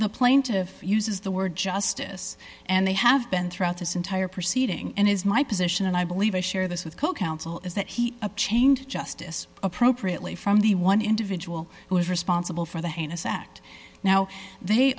the plaintiff uses the word justice and they have been throughout this entire proceeding and his my position and i believe i share this with co counsel is that he a changed justice appropriately from the one individual who was responsible for the heinous act now they